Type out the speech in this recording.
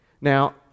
Now